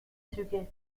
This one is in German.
züge